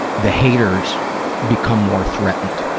the haters become more threatened.